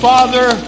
Father